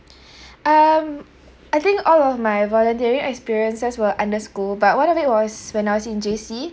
um I think all of my volunteering experiences were under school but one of it was when I was in J_C